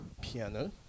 piano